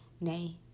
nay